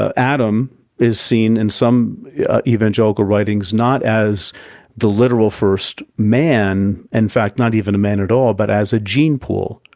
ah adam is seen in some evangelical writings not as the literal first man, in fact, not even a man at all, but as a gene pool.